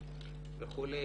וכולי,